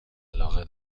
علاقه